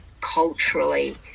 culturally